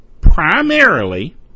primarily